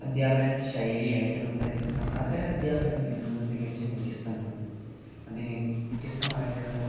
അദ്ധ്യാപന ശൈലിയായിട്ട് നമുക്ക് അതിന് കാണാം നഗര അദ്ധ്യാപനം ഇതിൽ നിന്നും തികച്ചും വ്യത്യസ്തമാണ് അതിന് വ്യത്യസ്തമായിട്ടുള്ള